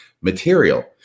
material